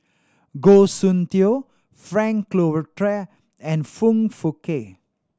Goh Soon Tioe Frank Cloutier and Foong Fook Kay